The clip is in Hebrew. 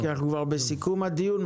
כי אנחנו כבר בסיכום הדיון,